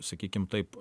sakykim taip